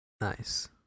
Nice